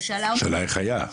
איך היה?